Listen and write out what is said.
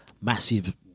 massive